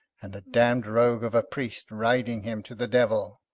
and a damned rogue of a priest riding him to the devil.